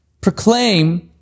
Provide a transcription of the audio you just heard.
Proclaim